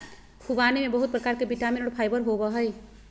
ख़ुबानी में बहुत प्रकार के विटामिन और फाइबर होबय हइ